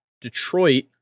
Detroit